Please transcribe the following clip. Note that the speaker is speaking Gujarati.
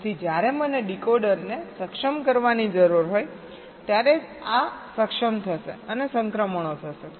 તેથી જ્યારે મને ડીકોડરને સક્ષમ કરવાની જરૂર હોય ત્યારે જ આ સક્ષમ થશે અને સંક્રમણો થશે